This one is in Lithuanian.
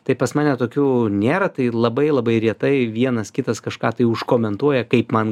tai pas mane tokių nėra tai labai labai rietai vienas kitas kažką tai užkomentuoja kaip man